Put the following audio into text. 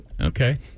Okay